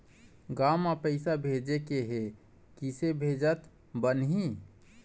गांव म पैसे भेजेके हे, किसे भेजत बनाहि?